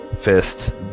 Fist